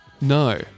No